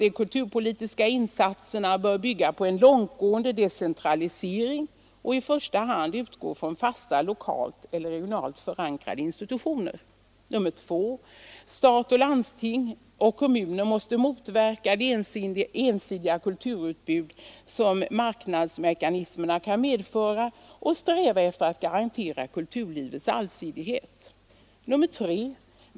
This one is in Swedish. De kulturpolitiska insatserna bör bygga på en långtgående decentralisering och i första hand utgå från fasta lokalt eller regionalt förankrade institutioner. 2. Stat, landsting och kommuner måste motverka det ensidiga kulturutbud som marknadsmekanismerna kan medföra och sträva efter att garantera kulturlivets allsidighet. 3.